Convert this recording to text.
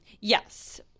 Yes